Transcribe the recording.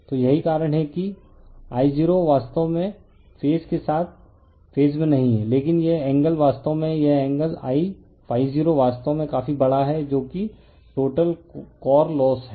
तो यही कारण है कि I0 वास्तव में फेज के साथ फेज में नहीं है लेकिन यह एंगल वास्तव में यह एंगल I 0 वास्तव में काफी बड़ा है जो कि टोटल कोर लोस है